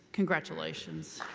congratulations.